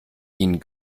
ihnen